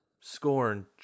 scorn